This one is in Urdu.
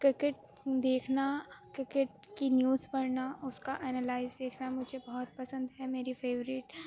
کرکٹ دیکھنا کرکٹ کی نیوز پڑھنا اس کا اینالائز دیکھنا مجھے بہت پسند ہے میری فیوریٹ